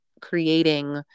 creating